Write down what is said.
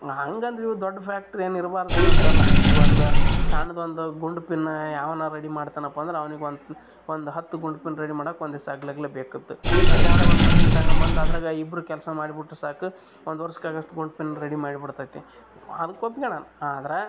ನಾ ಹಂಗೆ ಅಂದ್ರೆ ಇವ್ರ ದೊಡ್ಡ ಫ್ಯಾಕ್ಟ್ರಿ ಏನು ಇರ್ಬಾರ್ದೇನು ಅಂತ ಅಲ್ಲ ಒಂದು ಸಣ್ದೊಂದು ಗುಂಡು ಪಿನ್ ಯಾವನಾರು ರೆಡಿ ಮಾಡ್ತಾನಪ್ಪ ಅಂದ್ರೆ ಅವ್ನಿಗೆ ಒಂದು ಒಂದು ಹತ್ತು ಗುಂಡು ಪಿನ್ ರೆಡಿ ಮಾಡೋಕ್ ಒಂದಿವಸ ಹಗಲಗ್ಲ ಬೇಕಿತ್ತು ಮತ್ತು ಯಾವುದೋ ಒಂದು ಮಷಿನ್ ತಗೊಂಡ್ ಬಂದು ಅದ್ರಾಗ ಇಬ್ರು ಕೆಲಸ ಮಾಡಿಬಿಟ್ರೆ ಸಾಕು ಒಂದು ವರ್ಷಕ್ಕೆ ಆಗುವಷ್ಟು ಗುಂಡು ಪಿನ್ ರೆಡಿ ಮಾಡಿ ಬಿಡ್ತದೆ ಅದಕ್ಕೆ ಒಪ್ಗೊಳೋಣ ಆದರೆ